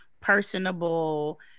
personable